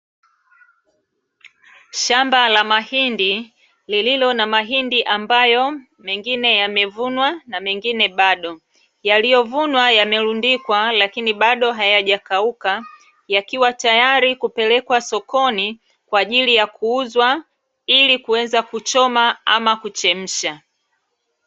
Shamba la mahindi lililo na mahindi ambayo mengine yamevunwa na mengine bado, yaliyovunwa yanayorundikwa lakini bado hayajakauka yakiwa tayari kupelekwa sokoni kwa ajili ya kuuzwa ili kuweza kuchoma ama kuchemsha.